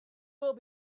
will